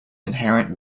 inherent